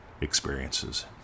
experiences